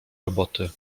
roboty